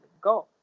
go